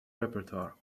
repertoire